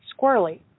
squirrely